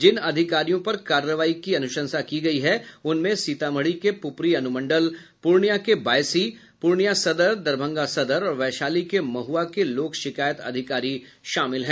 जिन अधिकारियों पर कार्रवाई की अनुशंसा की गयी है उनमें सीतामढ़ी के प्रपरी अनुमंडल पूर्णिया के बायसी पूर्णिया सदर दरभंगा सदर और वैशाली के महुआ के लोक शिकायत अधिकारी शामिल हैं